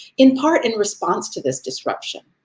in part in response to this disruption.